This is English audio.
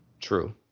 True